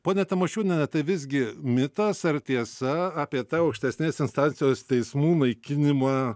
ponia tamošiūniene tai visgi mitas ar tiesa apie tai aukštesnės instancijos teismų naikinimą